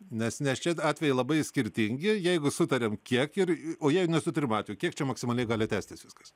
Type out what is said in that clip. nes nes čia atvejai labai skirtingi jeigu sutariam kiek ir o jei nesutarimo atveju kiek čia maksimaliai gali tęstis viskas